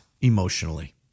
emotionally